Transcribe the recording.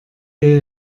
wir